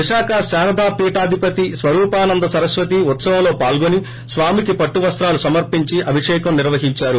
విశాఖ శారదా పీఠాదిపతి స్వరూపానంద సరస్వతి ఉత్పవంలో పాల్గొనీ స్వామిక్ పట్టు వస్తాలు సమర్పించి అభిషేకం నిర్వహించారు